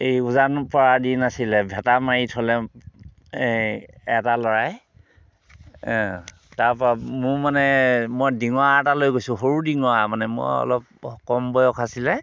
এই উজান পৰা দিন আছিলে ভেটা মাৰি থলে এই এটা ল'ৰাই তাৰ পৰা মোৰ মানে মই দিঙৰা এটা লৈ গৈছোঁ সৰু দিঙৰা মানে মই অলপ কম বয়স আছিলে